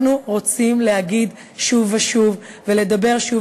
אנחנו רוצים להגיד שוב ושוב ולדבר שוב